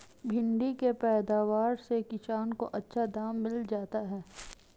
भिण्डी के पैदावार से किसान को अच्छा दाम मिल जाता है